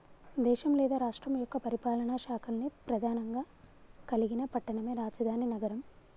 దేశం లేదా రాష్ట్రం యొక్క పరిపాలనా శాఖల్ని ప్రెధానంగా కలిగిన పట్టణమే రాజధాని నగరం